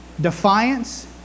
defiance